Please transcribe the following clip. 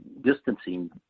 distancing